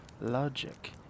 logic